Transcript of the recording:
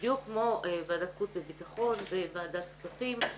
בדיוק כמו ועדת החוץ והביטחון וועדת הכספים.